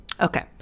Okay